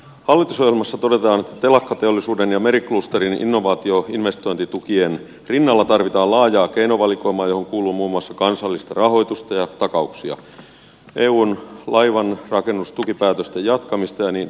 hallitusohjelmassa todetaan että telakkateollisuuden ja meriklusterin innovaatioinvestointitukien rinnalla tarvitaan laajaa keinovalikoimaa johon kuuluu muun muassa kansallista rahoitusta ja takauksia eun laivanrakennustukipäätösten jatkamista ja niin edelleen